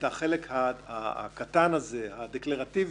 שלפי איזו אמת מידה חיצונית יכולה להיות לא אחראית,